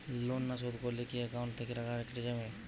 Loan না শোধ করলে কি একাউন্ট থেকে টাকা কেটে নেবে?